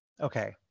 okay